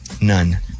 None